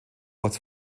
als